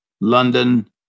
london